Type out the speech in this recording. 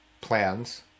plans